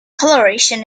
coloration